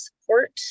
support